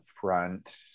front